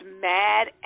mad